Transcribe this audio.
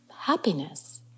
happiness